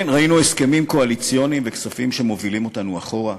כן ראינו הסכמים קואליציוניים וכספים שמובילים אותנו אחורה,